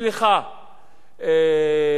לשלוח